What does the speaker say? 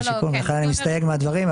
ולכן אני מסתייג מהדברים,